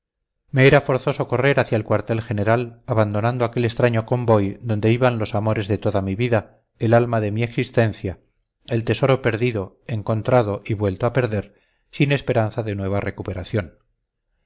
era forzoso correr hacia el cuartel general abandonando aquel extraño convoy donde iban los amores de toda mi vida el alma de mi existencia el tesoro perdido encontrado y vuelto a perder sin esperanza de nueva recuperación